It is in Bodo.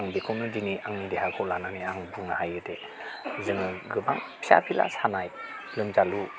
आं बेखौ नो दिनै आंनि देहाखौ लानानै आं बुंनो हायो दि जोङो गोबां फिसा फिला सानाय लोमजालु